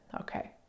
Okay